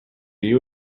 you